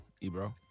Ebro